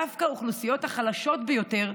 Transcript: דווקא האוכלוסיות החלשות ביותר,